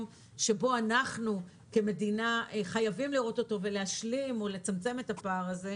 שבו אנחנו כמדינה חייבים לראות אותו ולהשלים או לצמצם את הפער הזה,